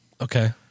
Okay